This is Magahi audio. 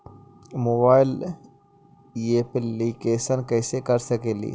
मोबाईल येपलीकेसन कैसे कर सकेली?